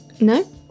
No